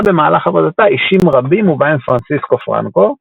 במהלך עבודתה אישים רבים ובהם פרנסיסקו פרנקו,